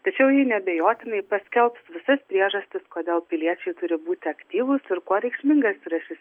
tačiau ji neabejotinai paskelbs visas priežastis kodėl piliečiai turi būti aktyvūs ir ko reikšmingas yra šis